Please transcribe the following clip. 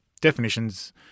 definitions